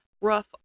rough